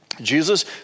Jesus